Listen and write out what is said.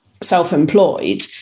self-employed